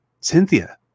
Cynthia